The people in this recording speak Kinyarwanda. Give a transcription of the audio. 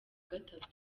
gatatu